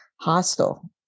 hostile